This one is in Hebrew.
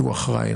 שהוא האחראי,